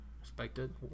respected